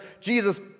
Jesus